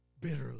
bitterly